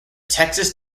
texas